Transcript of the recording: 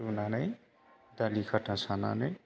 रुनानै दालि खाता सानानै